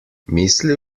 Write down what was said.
mislil